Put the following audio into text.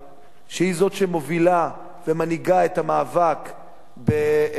שהיא זו שמובילה ומנהיגה את המאבק בהתחלת